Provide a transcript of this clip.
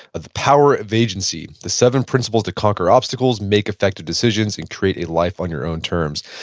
the power of agency the seven principles to conquer obstacles, make effective decisions, and create a life on your own terms.